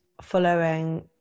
following